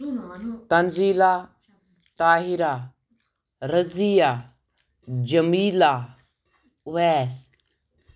Tanzeela Tahira Razia Jamila Owais